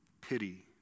Pity